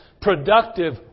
productive